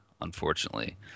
unfortunately